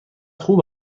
خوب